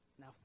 Now